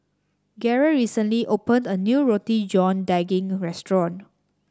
Garey recently opened a new Roti John Daging restaurant